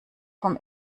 vom